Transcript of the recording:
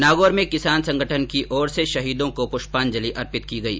नागौर में किसान संगठन की ओर से शहीदों को पृष्पांजलि अर्पित की गई